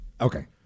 Okay